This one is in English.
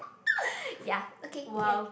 ya okay ya